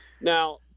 Now